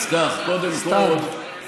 סתיו, אנא ממך.